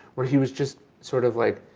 where he was just sort of like,